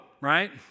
right